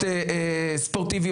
הספורט.